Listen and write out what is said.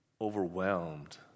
overwhelmed